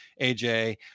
AJ